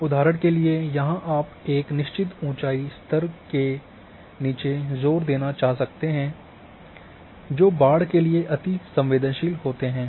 उदाहरण के लिए यहां आप एक निश्चित ऊंचाई स्तर क्षेत्रों के नीचे जोर देना चाह सकते हैं जो बाढ़ के लिए अतिसंवेदनशील होते हैं